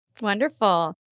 Wonderful